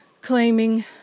Claiming